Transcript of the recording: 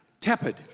tepid